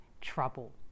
trouble